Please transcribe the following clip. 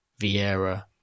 Vieira